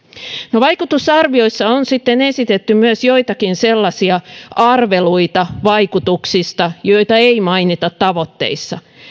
no vaikutusarvioissa on sitten esitetty myös joitakin sellaisia arveluita vaikutuksista joita ei mainita tavoitteissa